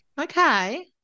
Okay